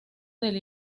del